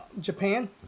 Japan